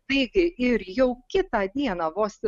taigi ir jau kitą dieną vos